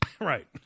Right